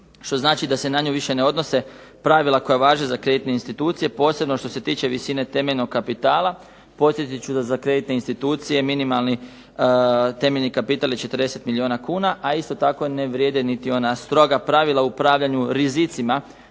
što znači da se na nju više ne odnose pravila koja važe za kreditne institucije posebno što se tiče visine temeljnog kapitala. Podsjetit ću da za kreditne institucije minimalni temeljni kapital je 40 milijuna kuna, a isto tako ne vrijede ni ona stroga pravila u upravljanju rizicima,